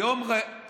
אז היום ראינו